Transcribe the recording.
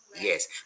yes